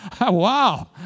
Wow